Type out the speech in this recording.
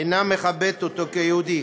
אינה מכבדת אותו כיהודי,